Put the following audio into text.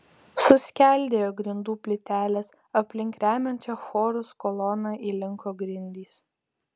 suskeldėjo grindų plytelės aplink remiančią chorus koloną įlinko grindys